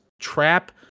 trap